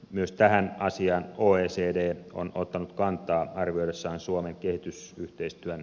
myös tähän asiaan oecd on ottanut kantaa arvioidessaan suomen kehitysyhteistyö